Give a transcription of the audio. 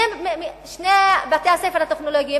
ששני בתי-הספר הטכנולוגיים,